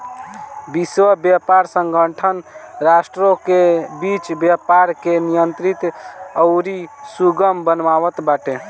विश्व व्यापार संगठन राष्ट्रों के बीच व्यापार के नियंत्रित अउरी सुगम बनावत बाटे